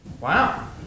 wow